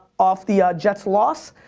off the jets' loss.